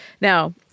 Now